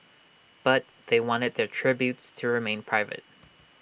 but they wanted their tributes to remain private